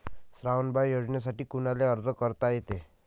श्रावण बाळ योजनेसाठी कुनाले अर्ज करता येते?